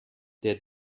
der